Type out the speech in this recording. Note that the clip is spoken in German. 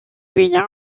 wieder